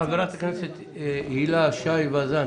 חברת הכנסת הילה שי וזאן,